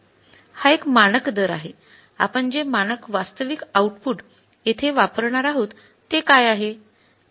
हा एक मानक दर आहे आपण जे मानक वास्तविक आउटपुट येथे वापरणार आहोत ते काय आहे